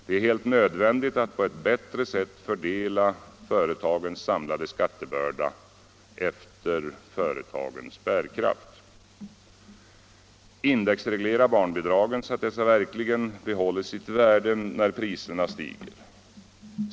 Det är helt nödvändigt att på ett bättre sätt fördela företagens samlade skattebörda efter företagens bärkraft. Indexreglera barnbidragen så att dessa verkligen behåller sitt värde när priserna stiger.